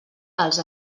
als